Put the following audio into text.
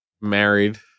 married